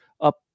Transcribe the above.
up